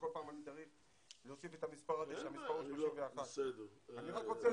כל פעם אני צריך להוסיף את המספר הזה 31. אני רק רוצה,